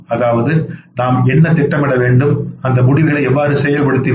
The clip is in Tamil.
அதாவது நாம் என்ன திட்டமிட வேண்டும் அந்த முடிவுகளை எவ்வாறு செயல்படுத்தினோம்